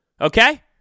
Okay